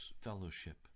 Fellowship